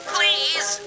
Please